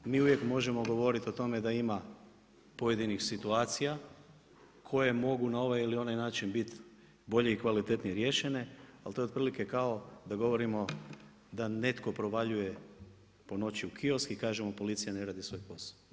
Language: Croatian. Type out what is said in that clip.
Mi uvijek možemo govoriti o tome da ima pojedinih situacija, koje mogu na ovaj ili onaj način biti bolje i kvalitetnije riješene, ali to je otprilike kao da govorimo, da netko provaljuje po noći u kiosk i kaže mu policija ne radi svoj posao.